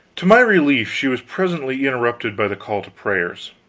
to my relief she was presently interrupted by the call to prayers.